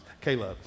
Caleb